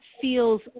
feels